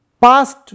past